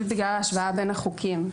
בגלל ההשוואה בין החוקים.